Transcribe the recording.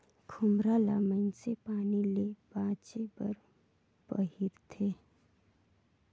खोम्हरा ल मइनसे पानी ले बाचे बर पहिरथे